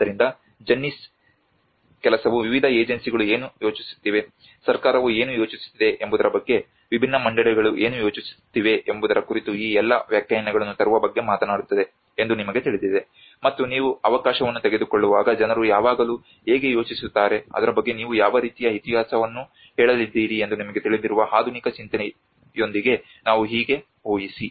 ಆದ್ದರಿಂದ ಜೆನ್ನೀಸ್ ಕೆಲಸವು ವಿವಿಧ ಏಜೆನ್ಸಿಗಳು ಏನು ಯೋಚಿಸುತ್ತಿವೆ ಸರ್ಕಾರವು ಏನು ಯೋಚಿಸುತ್ತಿದೆ ಎಂಬುದರ ಬಗ್ಗೆ ವಿಭಿನ್ನ ಮಂಡಳಿಗಳು ಏನು ಯೋಚಿಸುತ್ತಿವೆ ಎಂಬುದರ ಕುರಿತು ಈ ಎಲ್ಲ ವ್ಯಾಖ್ಯಾನಗಳನ್ನು ತರುವ ಬಗ್ಗೆ ಮಾತನಾಡುತ್ತದೆ ಎಂದು ನಿಮಗೆ ತಿಳಿದಿದೆ ಮತ್ತು ನೀವು ಅವಕಾಶವನ್ನು ತೆಗೆದುಕೊಳ್ಳುವಾಗ ಜನರು ಯಾವಾಗಲೂ ಹೇಗೆ ಯೋಚಿಸುತ್ತಾರೆ ಅದರ ಬಗ್ಗೆ ನೀವು ಯಾವ ರೀತಿಯ ಇತಿಹಾಸವನ್ನು ಹೇಳಲಿದ್ದೀರಿ ಎಂದು ನಿಮಗೆ ತಿಳಿದಿರುವ ಆಧುನಿಕ ಚಿಂತನೆಯೊಂದಿಗೆ ನಾವು ಹೀಗೆ ಊಹಿಸಿ